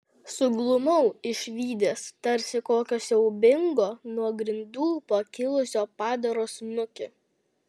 suglumau išvydęs tarsi kokio siaubingo nuo grindų pakilusio padaro snukį